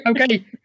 okay